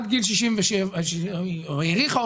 האריכה,